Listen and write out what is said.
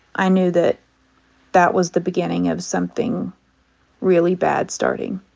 i knew that that was the beginning of something really bad starting.